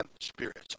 spirits